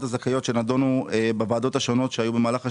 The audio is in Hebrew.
הזכאיות שנדונו בוועדות השונות שהיו במהלך השנים,